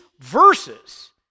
verses